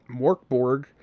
Morkborg